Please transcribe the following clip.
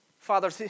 Father